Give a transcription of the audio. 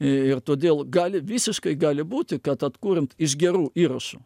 ir todėl gali visiškai gali būti kad atkuriant iš gerų įrašų